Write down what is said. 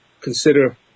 consider